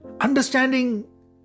Understanding